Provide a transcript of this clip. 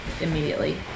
immediately